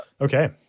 Okay